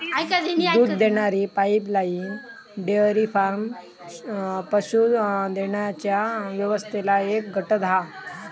दूध देणारी pipeline dairy farm पशू देण्याच्या व्यवस्थेतला एक घटक हा